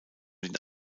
den